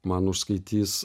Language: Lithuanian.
man užskaitys